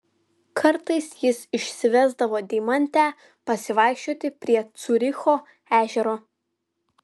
kartais jis išsivesdavo deimantę pasivaikščioti prie ciuricho ežero